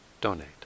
donate